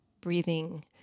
breathing